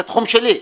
זה התחום שלי.